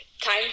time